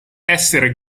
essere